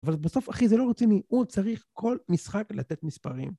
אבל בסוף, אחי, זה לא רוצים מיעוט, צריך כל משחק לתת מספרים.